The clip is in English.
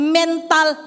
mental